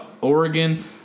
Oregon